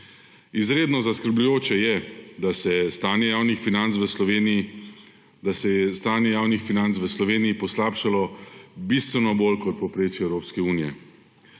Izredno zaskrbljujoče je, da se je stanje javnih financ v Sloveniji poslabšalo bistveno bolj, kot je povprečje Evropske unije.